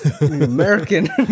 American